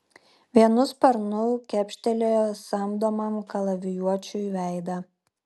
vienu sparnu kepštelėjo samdomam kalavijuočiui veidą